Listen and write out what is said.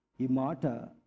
Imata